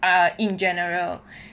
ah in general